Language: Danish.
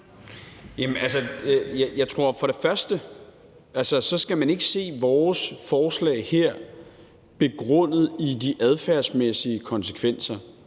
Jeg tror ikke, at man skal se vores forslag her begrundet i de adfærdsmæssige konsekvenser.